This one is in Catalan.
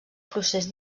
procés